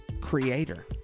Creator